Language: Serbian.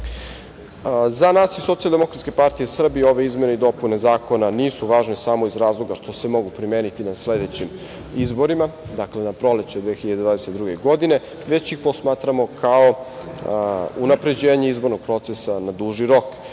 u samom našem društvu.Za nas iz SDPS ove izmene i dopune zakona nisu važne samo iz razloga što se mogu primeniti na sledećim izborima, dakle na proleće 2022. godine, već to smatramo kao unapređenje izbornog procesa na duži rok.